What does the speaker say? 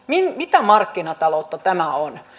mitä markkinataloutta tämä on